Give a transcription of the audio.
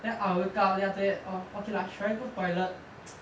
then I will wake up then after that orh okay lah should I go toilet